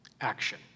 action